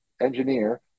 engineer